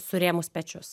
surėmus pečius